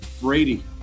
Brady